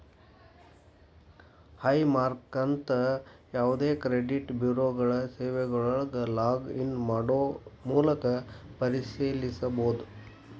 high ಮಾರ್ಕ್ನಂತ ಯಾವದೇ credit ಬ್ಯೂರೋಗಳ ಸೇವೆಯೊಳಗ ಲಾಗ್ ಇನ್ ಮಾಡೊ ಮೂಲಕ ಪರಿಶೇಲಿಸಬೋದ